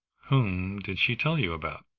whom did she tell you about?